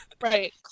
Right